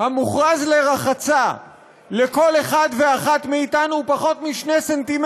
המוכרז לרחצה לכל אחד ואחת מאתנו הוא פחות מ-2 ס"מ.